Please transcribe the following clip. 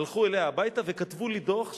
הלכו אליה הביתה וכתבו לי דוח,